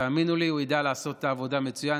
תאמינו לי, הוא ידע לעשות את העבודה מצוין.